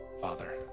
Father